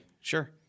Sure